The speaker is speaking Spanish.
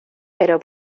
pero